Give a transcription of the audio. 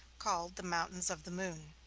called the mountains of the moon.